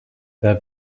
there